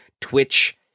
Twitch